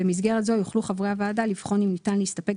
במסגרת זו יוכלו חברי הוועדה לבחון אם ניתן להסתפק